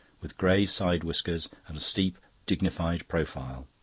with grey side-whiskers and a steep, dignified profile.